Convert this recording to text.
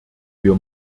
wir